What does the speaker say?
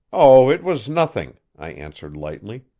oh, it was nothing, i answered lightly.